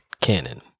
canon